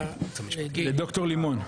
לד"ר לימון.